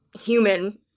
human